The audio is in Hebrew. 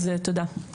אז תודה.